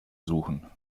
suchen